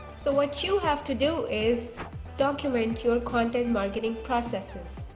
so what you have to do is document your content marketing processes.